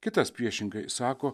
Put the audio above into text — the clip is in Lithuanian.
kitas priešingai sako